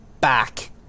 back